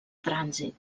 trànsit